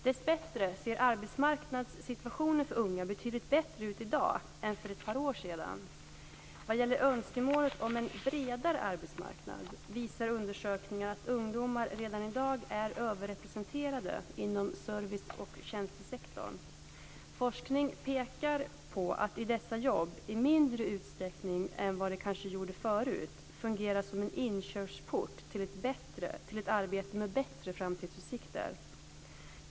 Dessbättre ser arbetsmarknadssituationen för unga betydligt bättre ut i dag än för ett par år sedan. Vad gäller önskemålet om en "bredare arbetsmarknad", visar undersökningar att ungdomar redan i dag är överrepresenterade inom service och tjänstesektorn. Forskningen pekar på att dessa jobb i mindre utsträckning än vad de kanske gjorde förut fungerar som en inkörsport till ett arbete med bättre framtidsutsikter.